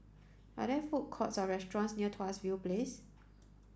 are there food courts or restaurants near Tuas View Place